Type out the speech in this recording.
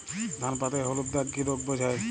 ধান পাতায় হলুদ দাগ কি রোগ বোঝায়?